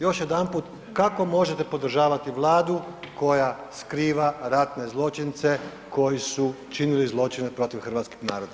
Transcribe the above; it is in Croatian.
Još jedanput kako možete podržavati Vladu koja skriva ratne zločince koji su čini zločine protiv hrvatskog naroda?